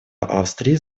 австрии